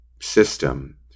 system